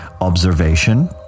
observation –